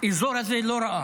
שהאזור הזה לא ראה,